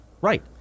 right